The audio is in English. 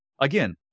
Again